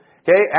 okay